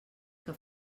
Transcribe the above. que